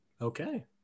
Okay